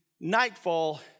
nightfall